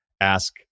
ask